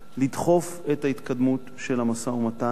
לדחוף את ההתקדמות של המשא-ומתן.